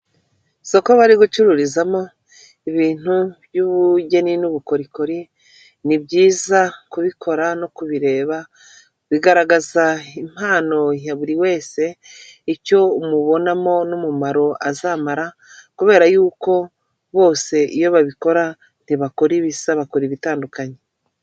Isoko bari gucururizamo ibintu by'ubugeni n'ubukorikori, ni byiza kubikora no kubireba bigaragaza impano ya buri wese, icyo umubonamo n'umumaro azamara. Kubera y'uko bose iyo babikora ntibakora ibisa, bakora ibitandukanye.